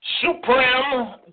Supreme